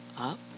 up